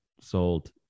sold